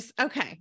okay